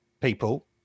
people